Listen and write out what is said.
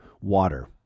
water